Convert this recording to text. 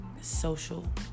Social